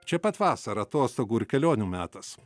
čia pat vasara atostogų ir kelionių metas